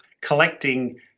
collecting